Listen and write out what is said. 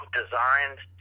designed